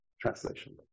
translation